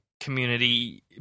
community